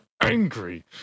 angry